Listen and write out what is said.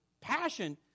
Passion